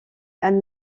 elle